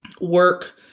work